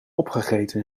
opgegeten